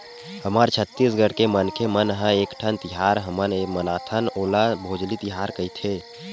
हमर छत्तीसगढ़ के मनखे मन ह एकठन तिहार हमन मनाथन ओला भोजली तिहार कइथे